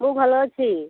ମୁଁ ଭଲ ଅଛି